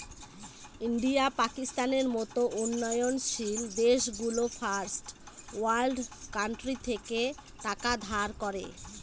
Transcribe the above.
India, পাকিস্তানের মত উন্নয়নশীল দেশগুলো ফার্স্ট ওয়ার্ল্ড কান্ট্রি থেকে টাকা ধার করে